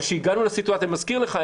אני מזכיר לך,